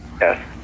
Yes